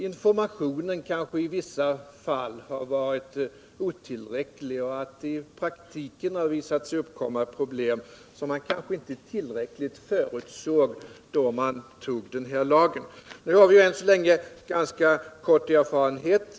Informationen har kanske i vissa fall varit otillräcklig, och det har i praktiken visat sig uppkomma problem som man kanske inte tillräckligt förutsåg när man antog den här lagen. Nu har vi ännu så länge ganska kort erfarenhet.